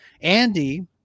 Andy